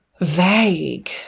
vague